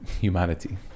humanity